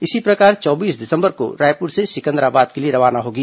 इसी प्रकार चौबीस दिसंबर को रायपुर से सिकंदराबाद के लिए रवाना होगी